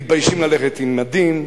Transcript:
מתביישים ללכת עם מדים,